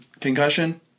concussion